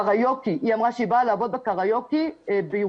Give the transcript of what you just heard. היא אמרה שהיא באה לעבוד בקריוקי בירושלים,